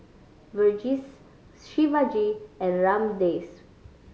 Verghese Shivaji and Ramdev